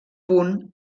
punt